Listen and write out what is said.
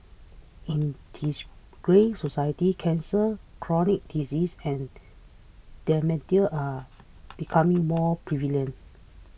in this greying society cancer chronic disease and dementia are becoming more prevalent